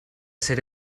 ser